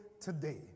today